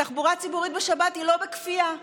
התחבורה הציבורית בשבת היא לא בכפייה.